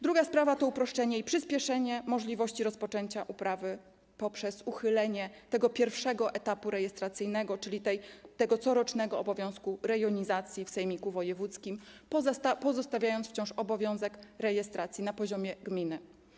Druga sprawa to uproszczenie i przyspieszenie możliwości rozpoczęcia uprawy poprzez uchylenie pierwszego etapu rejestracyjnego, corocznego obowiązku rejonizacji w sejmiku wojewódzkim, pozostawiając wciąż obowiązek rejestracji na poziomie gminy.